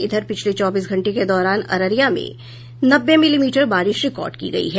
इधर पिछले चौबीस घंटे के दौरान अररिया में नब्बे मिलीमीटर बारिश रिकॉर्ड की गयी है